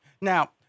Now